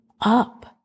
up